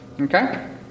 Okay